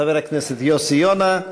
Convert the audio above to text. חבר הכנסת יוסי יונה,